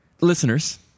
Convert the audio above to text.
Listeners